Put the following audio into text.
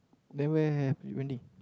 then where have the Wendy